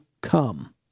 come